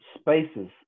spaces